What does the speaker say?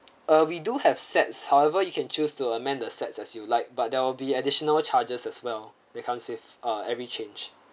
uh we do have sets however you can choose to amend the sets as you like but there will be additional charges as well that comes with ah every change